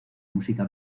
música